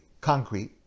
concrete